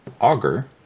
auger